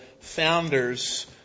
founders